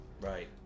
right